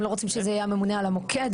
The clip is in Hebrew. הם לא רוצים שזה יהיה הממונה על המוקד,